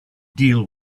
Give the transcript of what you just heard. deal